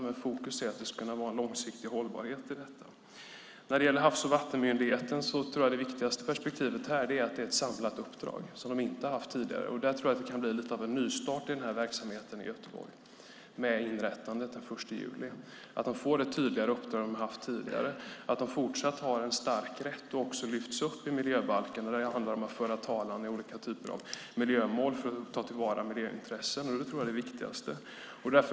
Men fokus är att det ska kunna vara en långsiktig hållbarhet i detta. När det gäller Havs och vattenmyndigheten är det viktigaste perspektivet att det är ett samlat uppdrag som man inte har haft tidigare. Där tror jag att det kan bli lite av en nystart av verksamheten i Göteborg med inrättandet den 1 juli. Den får ett tydligare uppdrag än vad man har haft tidigare. Den har fortsatt en stark rätt som också lyfts upp i miljöbalken att föra talan i olika typer av miljömål för att ta tillvara miljöintressen. Det tror jag är det viktigaste. Fru talman!